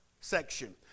section